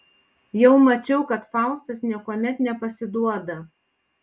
jau mačiau kad faustas niekuomet nepasiduoda